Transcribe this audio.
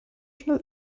schnell